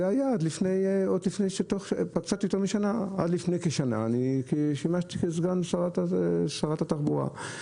עד לפני כשנה עת שימשתי כסגן שרת התחבורה.